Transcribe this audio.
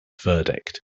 verdict